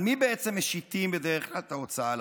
על מי בעצם משיתים בדרך כלל את ההוצאה לפועל,